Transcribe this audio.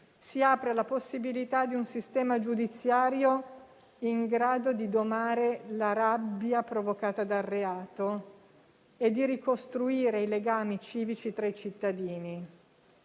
si apre alla possibilità di un sistema giudiziario in grado di domare la rabbia provocata dal reato e di ricostruire i legami civici tra i cittadini.